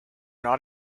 not